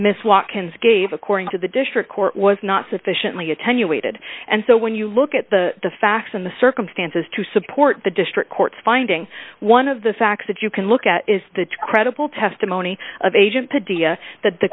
miss watkins gave according to the district court was not sufficiently attenuated and so when you look at the facts and the circumstances to support the district court's finding one of the facts that you can look at is the credible testimony of agent dia that the